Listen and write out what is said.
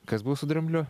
kas buvo su drambliu